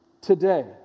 Today